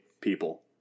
people